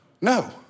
No